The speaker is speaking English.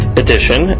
edition